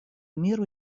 миру